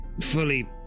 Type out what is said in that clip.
fully